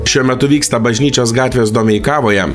šiuo metu vyksta bažnyčios gatvės domeikavoje